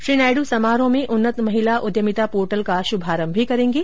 श्री नायड् समारोह में उन्नत महिला उद्यमिता पोर्टल का शुभारंभ भी करेंगे